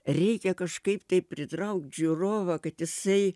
reikia kažkaip tai pritraukt žiūrovą kad jisai